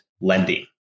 lending